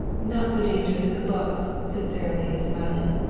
not so dangerous as it looks, said sara lee, smiling.